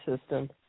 system